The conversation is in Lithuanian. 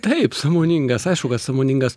taip sąmoningas aišku kad sąmoningas